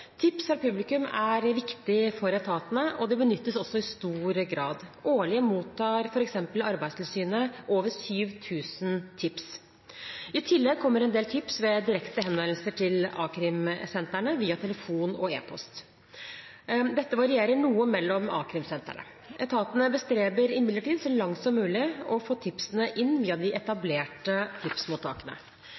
Tips fra publikum er viktig for etatene, og det benyttes også i stor grad. Årlig mottar f.eks. Arbeidstilsynet over 7 000 tips. I tillegg kommer en del tips ved direkte henvendelser til a-krimsentrene via telefon og e-post. Dette varierer noe mellom a-krimsentrene. Etatene bestreber seg imidlertid så langt som mulig på å få tipsene inn via de etablerte tipsmottakene.